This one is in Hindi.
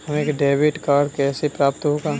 हमें डेबिट कार्ड कैसे प्राप्त होगा?